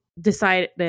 decided